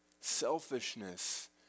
Selfishness